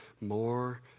more